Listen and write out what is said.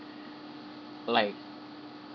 like